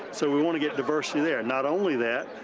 so we want to get diversity there. not only that,